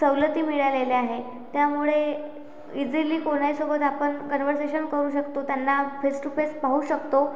सवलती मिळालेल्या आहे त्यामुळे इझिली कोणाहीसोबत आपण कन्व्हर्सेशन करू शकतो त्यांना फेस टू फेस पाहू शकतो